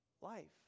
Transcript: life